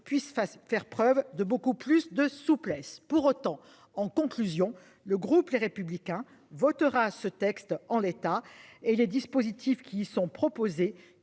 puisse face faire preuve de beaucoup plus de souplesse pour autant. En conclusion, le groupe Les Républicains votera ce texte en l'état et les dispositifs qui sont proposés,